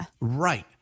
Right